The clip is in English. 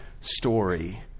story